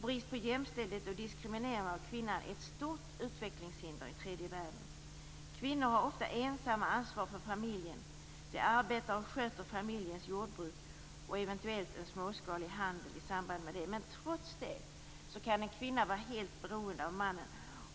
Brist på jämställdhet och diskriminering av kvinnan är ett stort utvecklingshinder i tredje världen. Kvinnor har ofta ensamma ansvaret för familjen. De arbetar och sköter familjens jordbruk och eventuellt en småskalig handel i samband med det. Men trots detta kan en kvinna vara helt beroende av mannen.